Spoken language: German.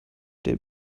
der